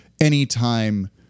anytime